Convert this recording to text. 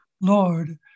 Lord